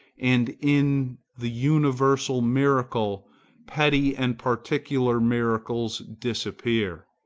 and in the universal miracle petty and particular miracles disappear.